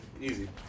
Easy